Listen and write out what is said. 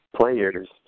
players